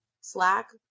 slack